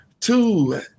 two